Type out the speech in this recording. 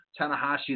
Tanahashi